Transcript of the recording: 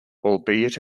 albeit